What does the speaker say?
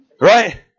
Right